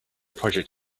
project